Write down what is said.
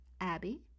Abby